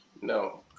No